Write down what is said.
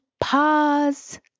pause